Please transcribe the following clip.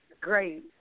great